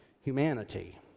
Humanity